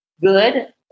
Good